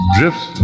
Drift